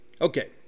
Okay